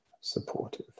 supportive